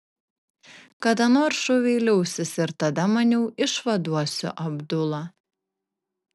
kada nors šūviai liausis ir tada maniau išvaduosiu abdulą